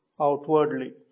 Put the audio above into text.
outwardly